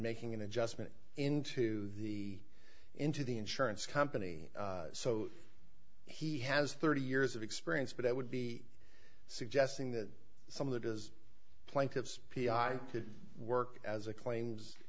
making an adjustment into the into the insurance company so he has thirty years of experience but i would be suggesting that some of his plaintiffs p i to work as a claims